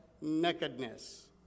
nakedness